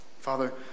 Father